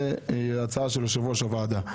זו ההצעה של יושב-ראש הוועדה.